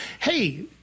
Hey